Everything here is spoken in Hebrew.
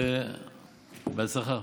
ובהצלחה.